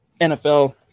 NFL